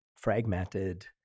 fragmented